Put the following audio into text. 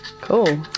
Cool